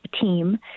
team